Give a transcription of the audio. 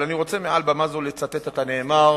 אבל אני רוצה מעל במה זו לצטט את הנאמר